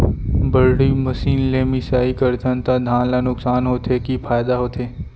बड़ी मशीन ले मिसाई करथन त धान ल नुकसान होथे की फायदा होथे?